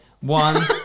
one